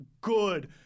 good